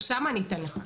אוסאמה, אני אתן לך.